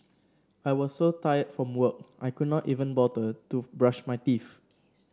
I was so tired from work I could not even bother to brush my teeth